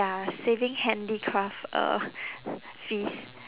you're saving handicraft uh fees